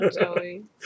Joey